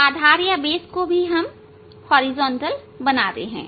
इस आधार को भी हम हॉरिजॉन्टल बनाते हैं